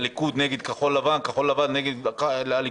הליכוד נגד כחול לבן וכחול לבן נגד הליכוד,